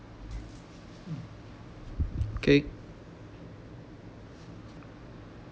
mm okay